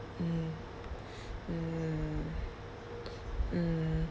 mm mm mm